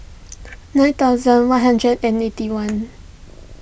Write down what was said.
nine thousand one hundred and eighty one